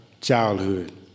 childhood